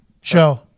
Show